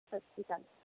ਸਤਿ ਸ਼੍ਰੀ ਅਕਾਲ